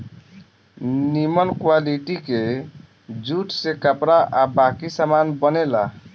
निमन क्वालिटी के जूट से कपड़ा आ बाकी सामान बनेला